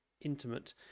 intimate